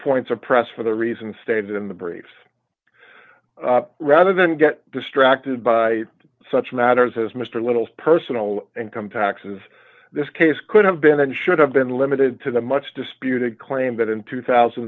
points of press for the reason stated in the brief rather than get distracted by such matters as mr little's personal income taxes this case could have been and should have been limited to the much disputed claim that in two thousand